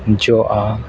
ᱡᱚᱜᱼᱟ